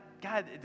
God